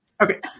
Okay